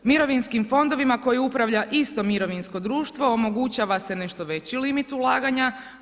Mirovinskim fondovima koji upravlja isto mirovinsko društvo omogućava se nešto veći limit ulaganja.